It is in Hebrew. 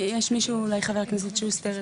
יש מישהו, אולי חבר הכנסת שוסטר?